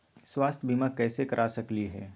स्वाथ्य बीमा कैसे करा सकीले है?